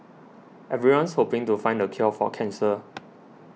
everyone's hoping to find the cure for cancer